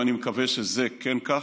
ואני מקווה שזה כן כך,